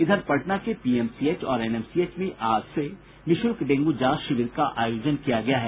इधर पटना के पीएमसीएच और एनएमसीएच में आज से निःशुल्क डेंगू जांच शिविर का आयोजन किया गया है